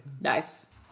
Nice